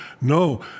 No